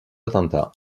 attentats